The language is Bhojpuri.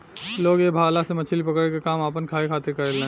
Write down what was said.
लोग ए भाला से मछली पकड़े के काम आपना खाए खातिर करेलेन